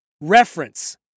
Reference